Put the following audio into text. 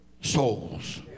souls